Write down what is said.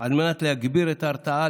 על מנת להגביר את ההרתעה,